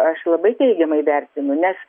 aš labai teigiamai vertinu nes